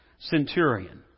centurion